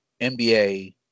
NBA